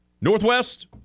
Northwest